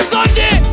Sunday